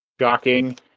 shocking